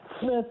Smith